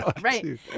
Right